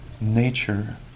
nature